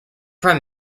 prime